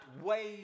ways